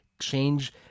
change